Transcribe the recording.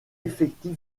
effectif